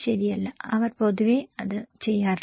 ശരിയല്ല അവർ പൊതുവെ അത് ചെയ്യാറില്ല